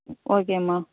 ம் ஓகேம்மா